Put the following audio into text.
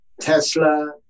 Tesla